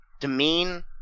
demean